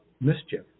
mischief